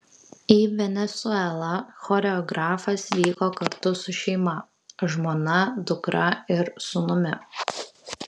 į venesuelą choreografas vyko kartu su šeima žmona dukra ir sūnumi